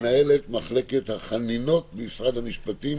מנהלת מחלקת החנינות במשרד המשפטים,